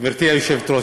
גברתי היושבת-ראש,